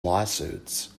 lawsuits